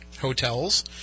hotels